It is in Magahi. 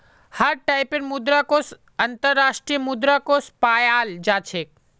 हर टाइपेर मुद्रा कोष अन्तर्राष्ट्रीय मुद्रा कोष पायाल जा छेक